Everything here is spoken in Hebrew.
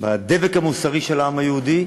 בדבק המוסרי של העם היהודי,